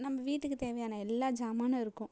நம்ம வீட்டுக்கு தேவையான எல்லா ஜாமானும் இருக்கும்